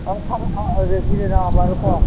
বাৰু কওক